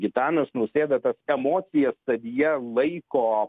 gitanas nausėda tas emocijas savyje laiko